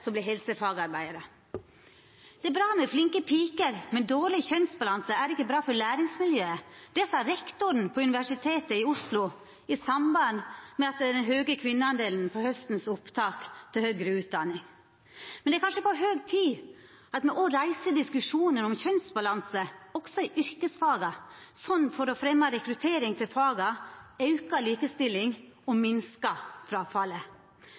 som blir helsefagarbeidarar. «Det er bra med flinke piker, men dårlig kjønnsbalanse er ikke bra for læringsmiljøet.» Det sa rektoren ved Universitetet i Oslo i samband med den høge kvinneandelen på haustens opptak til høgre utdanning. Det er kanskje på høg tid at me òg reiser diskusjonen om kjønnsbalanse i yrkesfaga – for å fremja rekruttering til faga, auka likestilling og